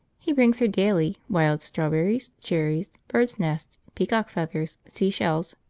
he brings her daily, wild strawberries, cherries, birds' nests, peacock feathers, sea-shells,